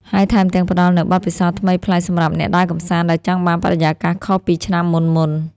ហើយថែមទាំងផ្តល់នូវបទពិសោធន៍ថ្មីប្លែកសម្រាប់អ្នកដើរកម្សាន្តដែលចង់បានបរិយាកាសខុសពីឆ្នាំមុនៗ។